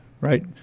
right